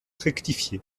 rectifié